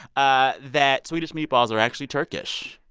ah that swedish meatballs are actually turkish.